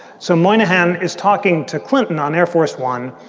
so moynihan is talking to clinton on air force one,